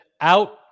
out